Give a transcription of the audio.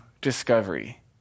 discovery